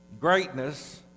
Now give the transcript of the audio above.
greatness